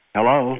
Hello